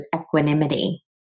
equanimity